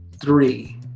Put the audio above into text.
three